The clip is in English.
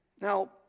Now